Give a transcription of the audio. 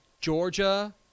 Georgia